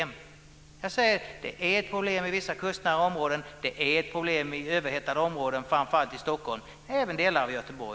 Men jag medger att skatten är ett problem i vissa kustnära områden och i överhettade områden, framför allt i Stockholm och även delar av Göteborg.